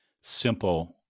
simple